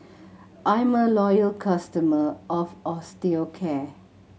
I'm a loyal customer of Osteocare